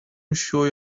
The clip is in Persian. شوی